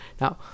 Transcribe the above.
Now